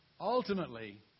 Ultimately